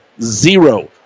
Zero